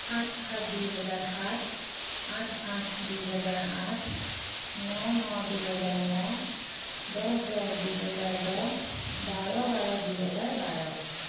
সাত সাত দুই হেজাৰ সাত আঠ আঠ দুই হেজাৰ আঠ ন ন দুই হেজাৰ ন দহ দহ দুই হেজাৰ দহ বাৰ বাৰ দুই হেজাৰ বাৰ